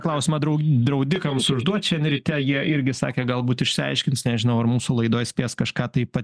klausimą drau draudikams užduot šiandien ryte jie irgi sakė galbūt išsiaiškins nežinau ar mūsų laidoj spės kažką taip pa